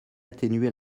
atténuer